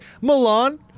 Milan